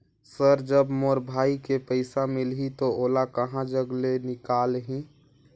Sir जब मोर भाई के पइसा मिलही तो ओला कहा जग ले निकालिही?